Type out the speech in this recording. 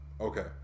Okay